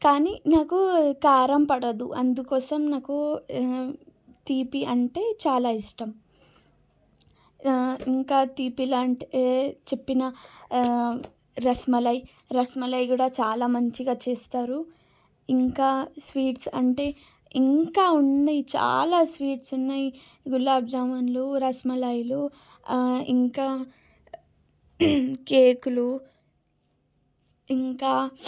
కానీ నాకు కారం పడదు అందుకోసం నాకు తీపి అంటే చాలా ఇష్టం ఇంకా తీపి లాంటి చెప్పిన రసమలై రసమలై కూడా చాలా మంచిగా చేస్తారు ఇంకా స్వీట్స్ అంటే ఇంకా ఉన్నాయి చాలా స్వీట్స్ ఉన్నాయి గులాబ్ జామున్లు రసమలైలు ఇంకా కేకులు ఇంకా